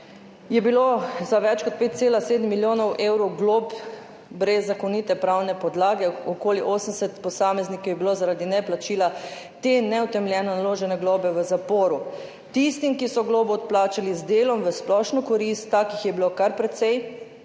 je bilo za več kot 5,7 milijona evrov glob brez zakonite pravne podlage, okoli 80 posameznikov je bilo zaradi neplačila te neutemeljeno naložene globe v zaporu, tistim, ki so globo odplačali z delom v splošno korist, takih je bilo kar precej,